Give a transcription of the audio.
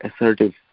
assertive